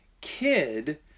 kid